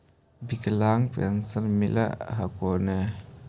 विकलांग पेन्शन मिल हको ने?